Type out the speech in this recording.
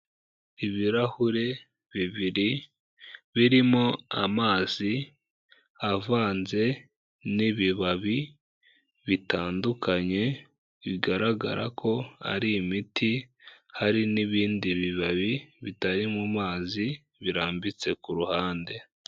Ibirahure bibiri birimo amazi avanze n'ibibabi bitandukanye, bigaragara ko ari imiti, hari n'ibindi bibabi bitari mu mazi birambitse ku ruhande.